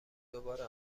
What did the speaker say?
دوباره